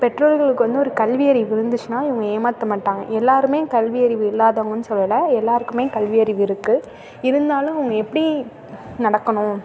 பெற்றோர்களுக்கு வந்து ஒரு கல்வி அறிவு இருந்துச்சுன்னா இவங்க ஏமாற்ற மாட்டாங்க எல்லோருமே கல்வி அறிவு இல்லாதவங்கன்னு சொல்லலை எல்லோருக்குமே கல்வி அறிவு இருக்குது இருந்தாலும் எப்படி நடக்கணும்